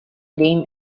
game